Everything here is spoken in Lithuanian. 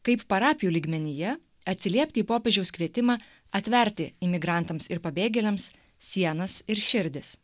kaip parapijų lygmenyje atsiliepti į popiežiaus kvietimą atverti imigrantams ir pabėgėliams sienas ir širdis